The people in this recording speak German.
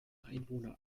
einwohner